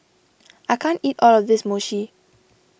I can't eat all of this Mochi